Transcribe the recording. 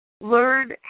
Learn